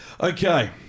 Okay